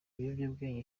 ibiyobyabwenge